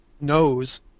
knows